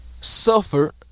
Suffer